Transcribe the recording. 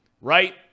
right